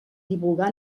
divulgar